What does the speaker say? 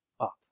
up